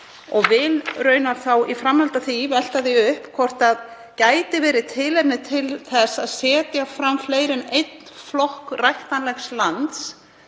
Ég vil í framhaldi af því velta því upp hvort það gæti verið tilefni til þess að setja fram fleiri en einn flokk ræktanlegs lands,